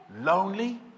lonely